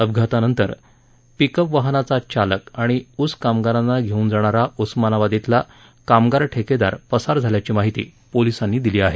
अपघातानंतर पिकअप वाहनाचा चालक आणि ऊस कामगारांना घेवून जाणारा उस्मानाबाद खिला कामगार ठेकेदार पसार झाल्याची माहिती पोलिसांनी दिली आहे